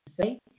say